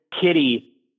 Kitty